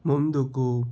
ముందుకు